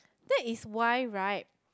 that is why right